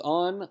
on